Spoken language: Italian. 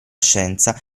scienza